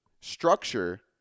Structure